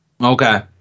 okay